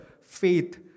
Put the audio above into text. Faith